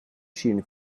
شیرینی